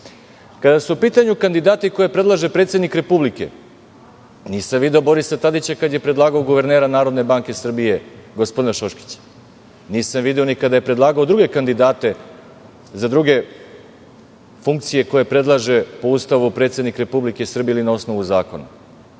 su u pitanju kandidati koje predlaže predsednik Republike. Nisam video Borisa Tadića kada je predlagao guvernera NBS, gospodina Šoškića. Nisam video ni kada je predlagao druge kandidate za druge funkcije koje predlaže po Ustavu predsednik Republike Srbije ili na osnovu zakona.